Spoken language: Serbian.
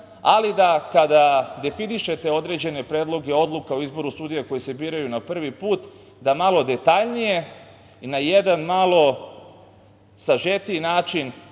ali da kada definišete određene predloge odluka o izboru sudija koji se biraju na prvi put, da malo detaljnije, na jedan malo sažetiji način